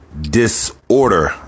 disorder